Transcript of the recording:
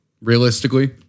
realistically